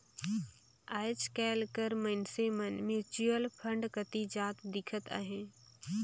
आएज काएल कर मइनसे मन म्युचुअल फंड कती जात दिखत अहें